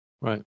Right